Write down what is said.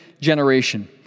generation